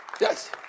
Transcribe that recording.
Yes